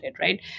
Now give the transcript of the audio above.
right